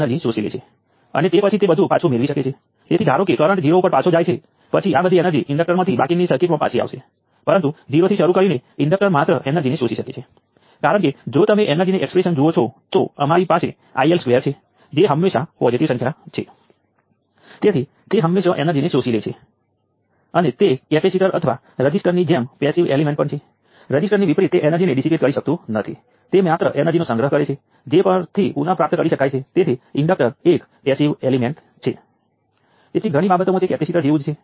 તેથી જો તમારી પાસે B શાખાઓ સાથેની સર્કિટ છે અને દરેક શાખા બે ટર્મિનલ એલિમેન્ટ બનાવે છે તો આપણને 2 B ઈન્ડિપેન્ડેન્ટ સમીકરણોની જરૂર છે આપણે કોઈક રીતે તેમને સર્કિટના લોસ તેમજ એલિમેન્ટની વર્તણૂકમાંથી જનરેટ કરવાના છે અને પછી જો આપણે આ માટે સોલ્વ કરીએ